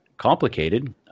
complicated